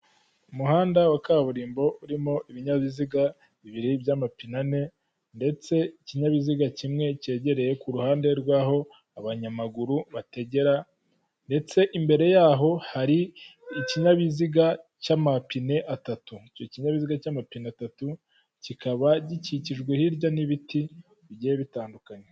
Umuhanda wa kaburimbo urimo ibinyabiziga bibiri by'amapine ane, ndetse ikinyabiziga kimwe cyegereye ku ruhande rw'aho abanyamaguru bategera, ndetse imbere yaho har’ikinyabiziga cy'amapine atatu. Icyo kinyabiziga cy'amapine atatu kikaba gikikijwe hirya n'ibiti bigiye bitandukanye.